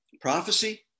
Prophecy